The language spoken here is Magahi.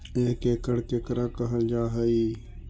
एक एकड़ केकरा कहल जा हइ?